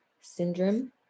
syndrome